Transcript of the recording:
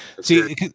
See